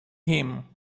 him